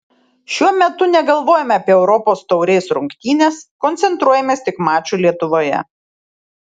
šiuo metu negalvojame apie europos taurės rungtynes koncentruojamės tik mačui lietuvoje